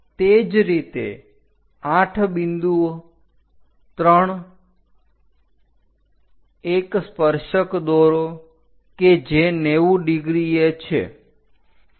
તે જ રીતે 8 બિંદુઓ 3 એક સ્પર્શક દોરો કે જે 90° એ છે